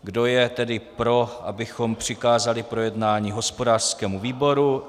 Kdo je pro, abychom přikázali k projednání hospodářskému výboru?